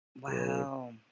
Wow